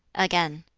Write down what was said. again,